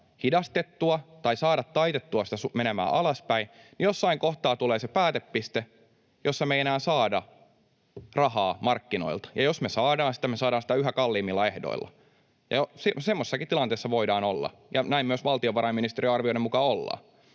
tai saada taitettua menemään alaspäin, jossain kohtaa tulee se päätepiste, jossa me ei enää saada rahaa markkinoilta, ja jos me saadaan sitä, me saadaan sitä yhä kalliimmilla ehdoilla. Semmoisessakin tilanteessa voidaan olla, ja näin myös valtiovarainministeriön arvioiden mukaan ollaan.